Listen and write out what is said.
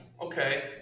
okay